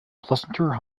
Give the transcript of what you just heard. pleasanter